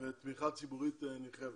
ותמיכה ציבורית נרחבת.